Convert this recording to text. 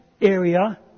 area